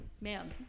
man